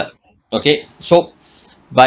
okay so but